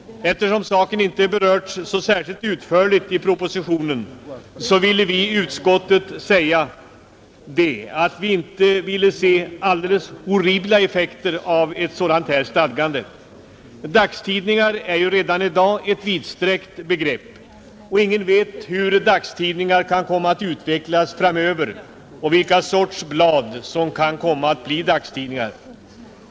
Eftersom saken inte har berörts särskilt utförligt i propositionen önskade vi i utskottet säga att vi inte ville se alldeles horribla effekter av ett sådant här stadgande. Dagstidningar är redan i dag ett vidsträckt begrepp, och ingen vet hur de kommer att utvecklas framöver och vilken sorts blad som kan bli dagstidningar.